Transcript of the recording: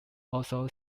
also